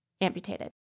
amputated